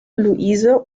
luise